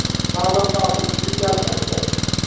नालन्दा विश्वविद्यालय छै